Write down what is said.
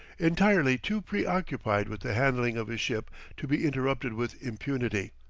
entirely too preoccupied with the handling of his ship to be interrupted with impunity.